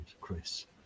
Chris